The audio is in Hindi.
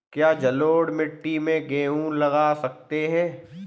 क्या जलोढ़ मिट्टी में गेहूँ लगा सकते हैं?